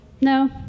no